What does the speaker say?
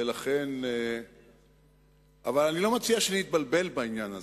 אבל אני לא מציע שנתבלבל בעניין הזה,